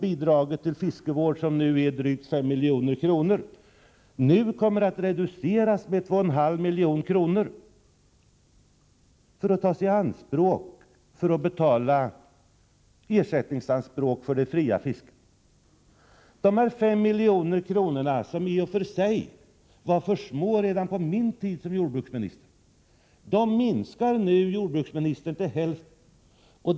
Bidraget till fiskevård, som nu är drygt 5 milj.kr., kommer att reduceras med 2,5 milj.kr. som avses användas för att betala ersättningsanspråk för det fria fisket. Detta bidrag på 5 milj.kr., som i och för sig var för litet redan på min tid som jordbruksminister, minskar jordbruksministern till hälften.